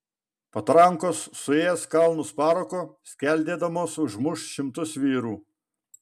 patrankos suės kalnus parako skeldėdamos užmuš šimtus vyrų